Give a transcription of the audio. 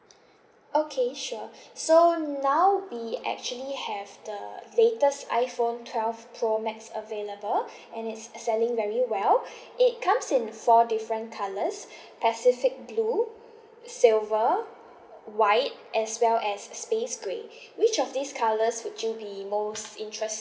okay sure so now we actually have the latest iphone twelve pro max available and it's selling very well it comes in four different colours pacific blue silver white as well as space grey which of these colours would you be most interested